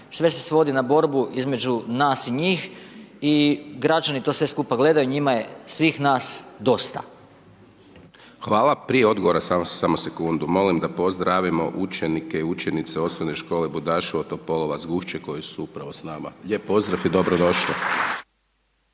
sve se svodi na borbu između nas i njih i građani to sve skupa gledaju, njima je svih nas dosta. **Hajdaš Dončić, Siniša (SDP)** Hvala, prije odgovora samo sekundu, molim da pozdravimo učenike i učenice Osnovne škole Budaševo Topolovac Gušće koji su upravo s nama. Lijep pozdrav i dobrodošli.